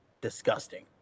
disgusting